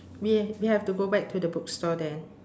we we have to go back to the bookstore there